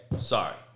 Sorry